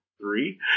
three